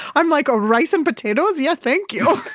i'm like a rice and potatoes. yes. thank you